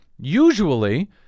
Usually